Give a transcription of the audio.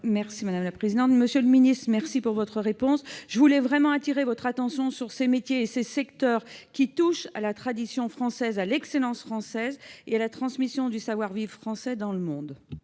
Dumas, pour la réplique. Monsieur le ministre, je vous remercie de votre réponse. Je voulais vraiment attirer votre attention sur ces métiers et ces secteurs, qui touchent à la tradition, à l'excellence française et à la transmission du savoir-vivre français dans le monde.